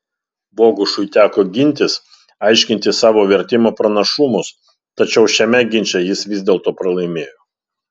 bogušui teko gintis aiškinti savo vertimo pranašumus tačiau šiame ginče jis vis dėlto pralaimėjo